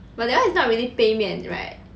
but that one is not really 杯面 right